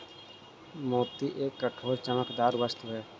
मोती एक कठोर, चमकदार वस्तु है